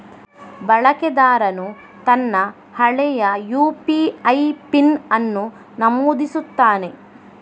ಬಳಕೆದಾರನು ತನ್ನ ಹಳೆಯ ಯು.ಪಿ.ಐ ಪಿನ್ ಅನ್ನು ನಮೂದಿಸುತ್ತಾನೆ